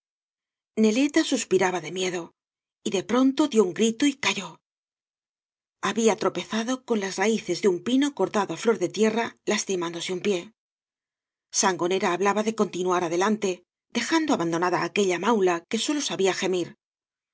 neleta suspiraba de miedo y de pronto dio un grito y cayó habia tropezado con las raices de un pino cortado á flor de tierra lastimándose un pie sangonera hablaba de continuar adelante dejando abandonada á aquella maula que sólo sabia gemir